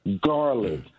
garlic